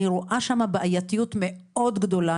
אני רואה שם בעייתיות מאוד גדולה.